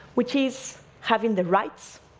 which is having the rights,